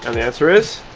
and the answer is